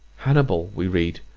hannibal, we read,